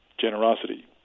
generosity